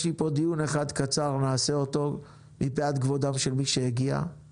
יש לי כאן דיון אחד קצר שנעשה אותו מפאת כבודם של מי שהגיע אליו